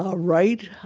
ah right,